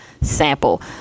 sample